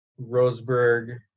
Roseburg